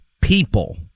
people